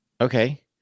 Okay